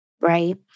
Right